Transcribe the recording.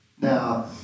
Now